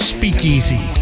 Speakeasy